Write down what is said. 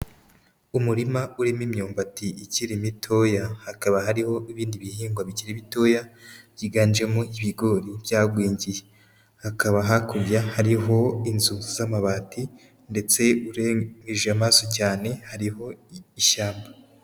Umurima urimo imyumbati ikiri mitoya, hakaba hariho ibindi bihingwa bikiri bitoya byiganjemo ibigori byagwingiye, hakaba hakurya hariho inzu z'amabati ndetse urengeje amasoso cyane hariho ishyamba.